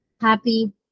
happy